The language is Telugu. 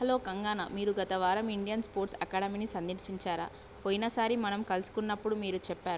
హలో కంగాన మీరు గత వారం ఇండియన్ స్పోర్ట్స్ అకాడమీని సందర్శించారా పోయిన సారి మనం కలుసుకున్నప్పుడు మీరు చెప్పారు